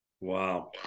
Wow